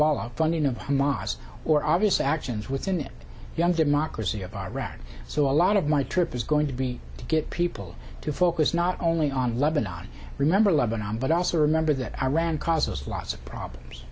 hezbollah funding of hamas or obvious actions within it young democracy of iraq so a lot of my trip is going to be to get people to focus not only on lebanon remember lebanon but also remember that iran causes lots of problems